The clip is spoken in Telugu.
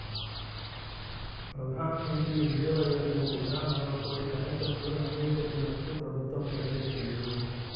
ప్రధాన్ మంత్రి ఉజ్వల యోజన కింద మరో కోటి కనెక్షన్లు అందించనున్నట్లు ప్రభుత్వం ప్రకటించింది